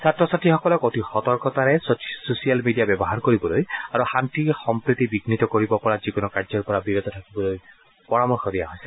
ছাত্ৰ ছাত্ৰীসকলক অতি সতৰ্কতাৰে ছচিয়েল মিডিয়া ব্যৱহাৰ কৰিবলৈ আৰু শান্তি সম্প্ৰতি বিঘ্নিত কৰিব পৰা যিকোনো কাৰ্যৰ পৰা বিৰত থাকিবলৈ পৰামৰ্শ দিয়া হৈছে